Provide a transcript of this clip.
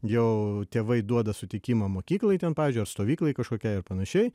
jau tėvai duoda sutikimą mokyklai ten pavyzdžiui stovyklai kažkokiai ar panašiai